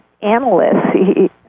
analysts